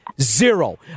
Zero